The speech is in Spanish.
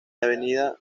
avenida